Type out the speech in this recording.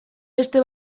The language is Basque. beste